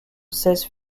seize